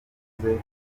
dukomeze